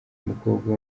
mukobwa